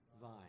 vine